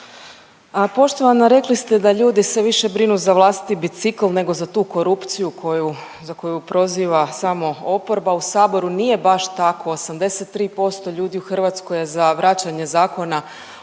Poštovana, rekli ste da ljudi sve više brinu za vlastiti bicikl nego za tu korupciju koju, za koju proziva samo oporba u Saboru, nije baš tako, 83% ljudi u Hrvatskoj je za vraćanje zakon o